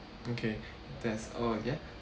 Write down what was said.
okay that's all ya